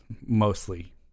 mostly